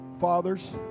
Fathers